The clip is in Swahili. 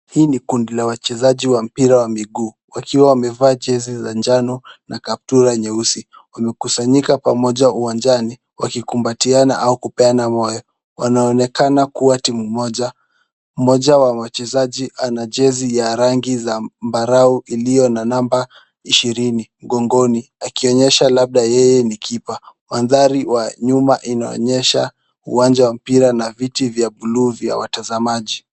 Hii ni kundi la wachezaji wa mpira wa miguu wakiwa wamevaa jezi za jano na kaptura nyeusi. Wamekusanyika pamoja uwanjani wakikumbatiana au kupeana moyo. Wanaonekana kuwa timu moja. Mmoja wa wachezaji ana jezi ya rangi ya zambarau iliyo na namba ishirini mgongoni akionyesha labda yeye ni kipa. Mandhari ya nyuma yanaonyesha uwanja wa mpira na viti vya blue vya watazamaji.